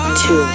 two